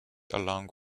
along